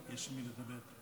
יש עם מי לדבר?